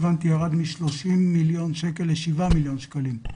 הבנתי שהתקציב ירד מ-30 מיליון שקל ל-7 מיליון שקלים.